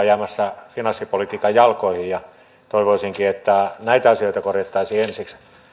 jäämässä finanssipolitiikan jalkoihin ja toivoisinkin että näitä asioita korjattaisiin ensiksi